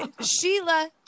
sheila